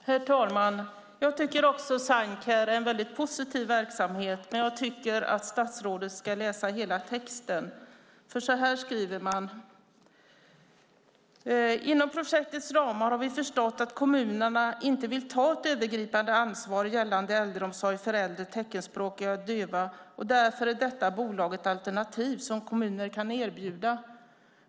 Herr talman! Också jag tycker att Signcare är en väldigt positiv verksamhet. Men jag tycker att statsrådet ska läsa hela texten. Så här skriver man: Inom projektets ramar har vi förstått att kommunerna inte vill ta ett övergripande ansvar gällande äldreomsorg för äldre teckenspråkiga och döva. Därför är detta bolag ett alternativ som kommuner kan erbjuda.